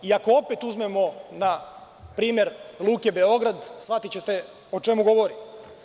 I, ako opet uzmemo primer Luke Beograd, shvatićete o čemu govorim.